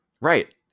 Right